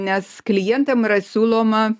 nes klientam yra siūloma